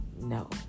No